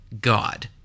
God